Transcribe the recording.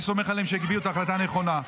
אני סומך עליהם שיקבלו את ההחלטה הנכונה.